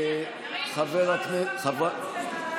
לא הספקתי.